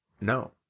No